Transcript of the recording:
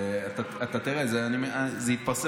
אתה תראה, זה יתפרסם.